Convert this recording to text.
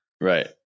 Right